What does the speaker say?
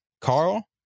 Carl